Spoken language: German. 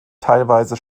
teilweise